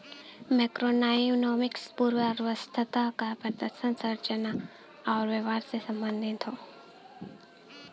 macroeconomics पूरे अर्थव्यवस्था क प्रदर्शन, संरचना आउर व्यवहार से संबंधित हौ